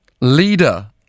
leader